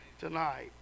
tonight